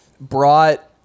brought